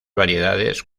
variedades